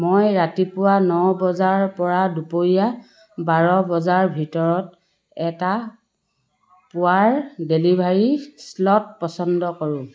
মই ৰাতিপুৱা ন বজাৰ পৰা দুপৰীয়া বাৰ বজাৰ ভিতৰত এটা পুৱাৰ ডেলিভাৰী শ্লট পচন্দ কৰোঁ